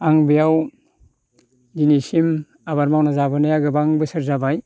आं बेयाव दिनैसिम आबाद मावनानै जाबोनाया गोबां बोसोर जाबाय